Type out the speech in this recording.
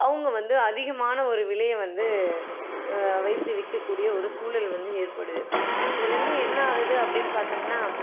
அவங்கள் வந்து அதிகமான ஒரு விலையை வந்து வைத்து விற்கக்கூடிய ஒரு சூழல் வந்து ஏற்படுது இதுலேருந்து என்ன ஆகுது அப்படின்னு பார்த்தம்னா